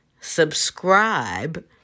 subscribe